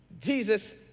Jesus